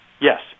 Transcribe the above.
Yes